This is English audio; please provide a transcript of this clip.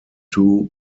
two